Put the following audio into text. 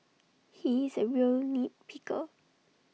he is A real nit picker